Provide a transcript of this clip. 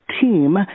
team